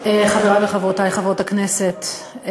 חברי וחברותי חברות הכנסת,